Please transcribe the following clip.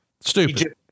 Stupid